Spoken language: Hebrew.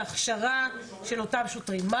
חוץ מהכשרה של שוטרים יש עוד דברים?